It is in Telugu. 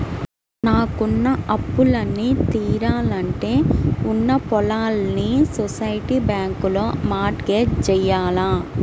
నాకున్న అప్పులన్నీ తీరాలంటే ఉన్న పొలాల్ని సొసైటీ బ్యాంకులో మార్ట్ గేజ్ జెయ్యాల